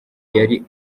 yari